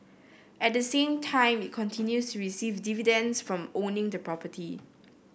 at the same time it continues receive dividends from owning the property